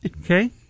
Okay